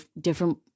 Different